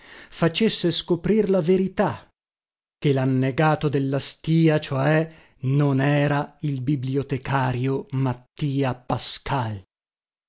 facesse scoprir la verità che lannegato della stìa cioè non era il bibliotecario mattia pascal